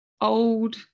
old